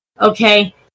okay